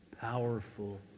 powerful